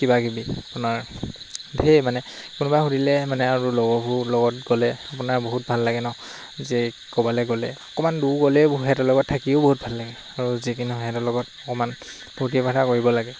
কিবাকিবি আপোনাৰ ঢেৰ মানে কোনোবাই সুধিলে মানে আৰু লগৰবোৰ লগত গ'লে আপোনাৰ বহুত ভাল লাগে ন যে ক'বালৈ গ'লে অকণমান দূৰ গ'লে ব সিহঁতৰ লগত থাকিও বহুত ভাল লাগে আৰু যি কি নহয় সিহঁতৰ লগত অকণমান ফূৰ্তি ফাৰ্তা কৰিব লাগে